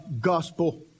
gospel